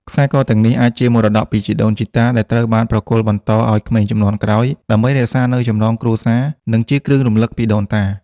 ខ្សែកទាំងនេះអាចជាមរតកតពីជីដូនជីតា ដែលត្រូវបានប្រគល់បន្តឱ្យក្មេងជំនាន់ក្រោយ ដើម្បីរក្សានូវចំណងគ្រួសារ និងជាគ្រឿងរំលឹកពីដូនតា។